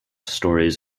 stories